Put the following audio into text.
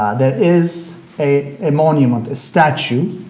there is a a monument, a statue,